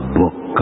book